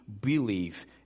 believe